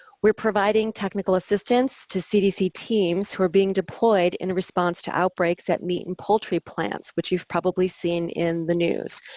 we're providing technical assistance to cdc teams who are being deployed in response to outbreaks at meat and poultry plants, which you've probably seen in the news.